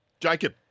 Jacob